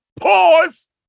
pause